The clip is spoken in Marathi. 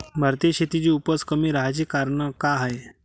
भारतीय शेतीची उपज कमी राहाची कारन का हाय?